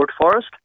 Forest